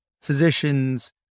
physicians